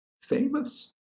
Famous